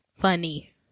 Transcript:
funny